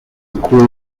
school